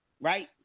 Right